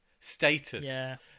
status